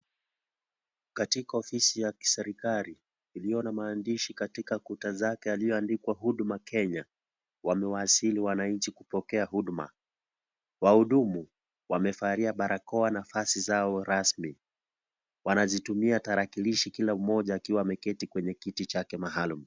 Katika ofisi ya kiserikali iliyo na maandishi katika kuta zake yaliyoandikwa huduma Kenya, wamewasili wananchi kupokea huduma. Wahudumu wamevalia barakoa na vazi zao rasmi, wanazitumia tarakilishi kila mmoja akiwa ameketi kwenye kiti chake maalum.